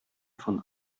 von